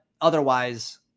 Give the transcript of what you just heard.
otherwise